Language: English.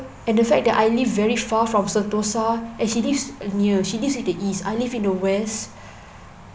and the fact that I live very far from sentosa and she lives near she lives in the east I live in the west